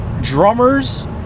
drummers